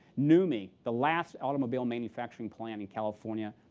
nummi, the last automobile manufacturing plant in california,